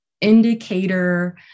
indicator